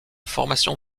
formation